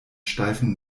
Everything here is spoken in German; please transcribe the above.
steifen